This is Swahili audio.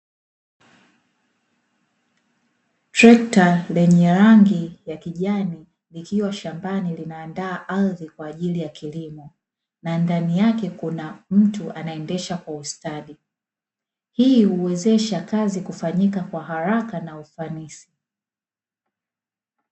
Trekta lenye rangi ya kijani likiwa shambani, lina andaa ardhi kwajili ya kilimo na ndani yake kuna mtu anaendesha kwa ustadi, hii huwezesha kazi kufanyika kwa haraka na ufanisi.